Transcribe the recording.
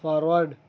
forward